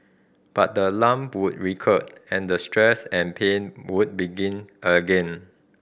but the lump would recur and the stress and pain would begin again